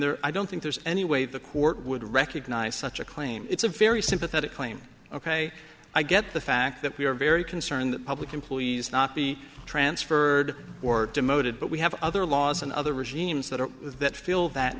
there i don't think there's any way the court would recognize such a claim it's a very sympathetic claim ok i get the fact that we are very concerned that public employees not be transferred or demoted but we have other laws and other regimes that are that fill that